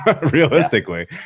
realistically